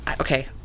okay